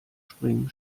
springen